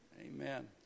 Amen